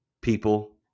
people